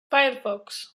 firefox